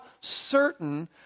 certain